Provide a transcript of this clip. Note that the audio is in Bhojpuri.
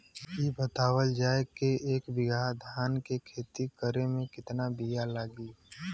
इ बतावल जाए के एक बिघा धान के खेती करेमे कितना बिया लागि?